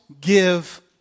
give